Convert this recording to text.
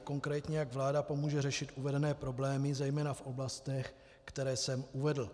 Konkrétně, jak vláda pomůže řešit uvedené problémy, zejména v oblastech, které jsem uvedl?